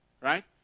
right